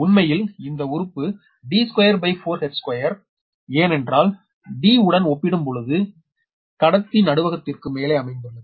உண்மையில் இந்த உறுப்பு D24h2 ஏனென்றால் d உடன் ஒப்பிடும் பொழுது கடத்தி நடுவகத்திற்கு மேலே அமைந்துள்ளது